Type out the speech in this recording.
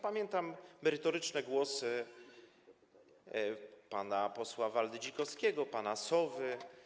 Pamiętam merytoryczne głosy pana posła Waldy Dzikowskiego, pana Sowy.